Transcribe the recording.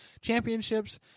Championships